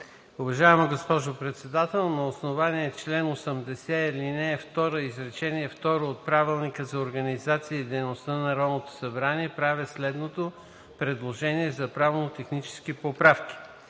Уважаема госпожо Председател, на основание чл. 80, ал. 2, изречение второ от Правилника за организацията и дейността на Народното събрание правя следното предложение за правно- технически поправки: